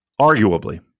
arguably